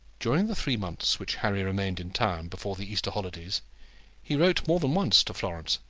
during the three months which harry remained in town before the easter holidays he wrote more than once to florence,